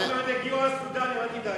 עוד מעט יגיעו הסודנים, אל תדאג.